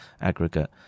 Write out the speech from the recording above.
aggregate